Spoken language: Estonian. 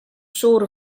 suur